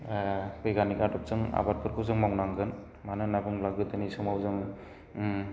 बैग्यानिक आदबजों आबादफोरखौ जों मावनांगोन मानो होननानै बुङोब्ला गोदोनि समाव जों